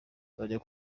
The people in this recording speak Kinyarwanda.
uzajya